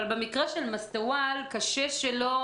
במקרה של מסטוואל קשה שלא